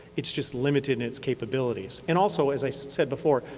it's just limited in its capabilities. and also, as i said before,